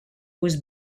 was